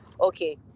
okay